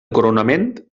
coronament